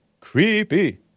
creepy